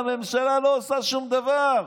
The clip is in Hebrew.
הממשלה לא עושה שום דבר.